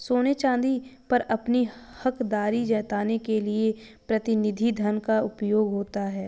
सोने चांदी पर अपनी हकदारी जताने के लिए प्रतिनिधि धन का उपयोग होता है